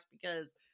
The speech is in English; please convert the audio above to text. because-